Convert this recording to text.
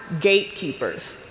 gatekeepers